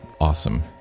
awesome